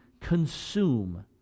consume